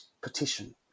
petition